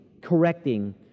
correcting